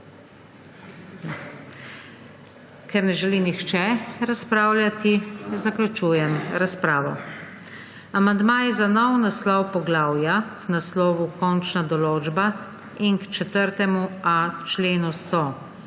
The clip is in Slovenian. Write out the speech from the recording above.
Ker ne želi nihče razpravljati, zaključujem razpravo. Ker so amandmaji za nov naslov poglavja k naslovu Končna določba in k 4.a členu